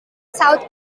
south